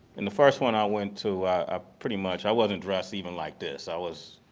and the first one i want to ah pretty much, i wasn't dressed even like this. i was,